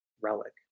relic